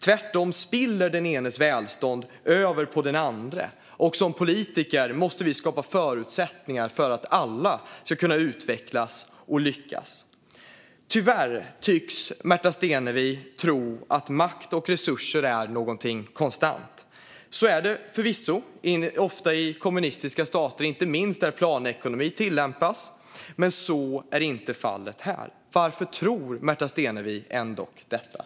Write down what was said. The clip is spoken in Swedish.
Tvärtom spiller den enes välstånd över på den andre, och som politiker måste vi skapa förutsättningar för alla att utvecklas och lyckas. Tyvärr tycks Märta Stenevi tro att makt och resurser är någonting konstant. Så är det förvisso ofta i kommunistiska stater, inte minst där planekonomi tillämpas, men så är inte fallet här. Varför tror Märta Stenevi ändock detta?